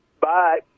Bye